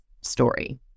story